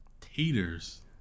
taters